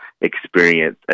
experience